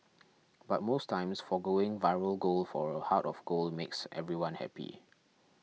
but most times foregoing viral gold for a heart of gold makes everyone happy